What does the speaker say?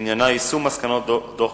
שעניינה יישום מסקנות דוח-גרונאו.